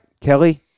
Kelly